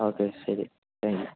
okay ശരി thank U